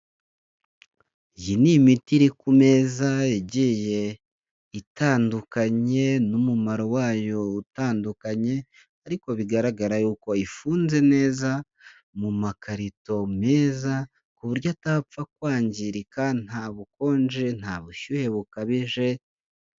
Iyi ni imiti iri kumeza igiye, itandukanye n'umumaro wayo utandukanye, ariko bigaragara yuko bayifunze neza mumakarito meza, ku buryo atapfa kwangirika nta bukonje nta bushyuhe bukabije.